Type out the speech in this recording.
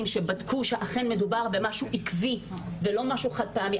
שבדקו שאכן מדובר במשהו עקבי ולא משהו חד פעמי.